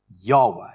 Yahweh